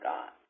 God